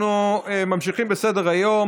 אנחנו ממשיכים בסדר-היום,